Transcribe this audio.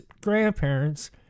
grandparents